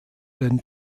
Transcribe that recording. den